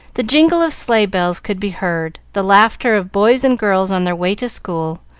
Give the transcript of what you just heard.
the jingle of sleigh-bells could be heard, the laughter of boys and girls on their way to school,